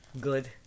Good